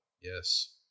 yes